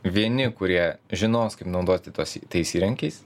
vieni kurie žinos kaip naudoti tuos tais įrankiais